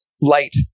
Light